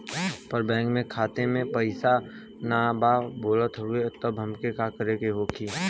पर बैंक मे खाता मे पयीसा ना बा बोलत हउँव तब हमके का करे के होहीं?